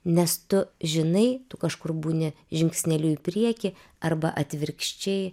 nes tu žinai tu kažkur būni žingsneliu į priekį arba atvirkščiai